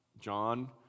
John